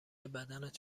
بدنت